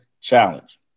challenge